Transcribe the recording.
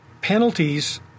penalties